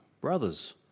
brothers